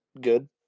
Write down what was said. good